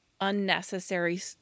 unnecessary